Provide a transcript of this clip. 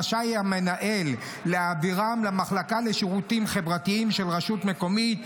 רשאי המנהל להעבירם למחלקה לשירותים חברתיים של רשות מקומית,